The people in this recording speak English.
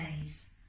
days